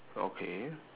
okay